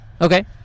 Okay